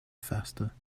faster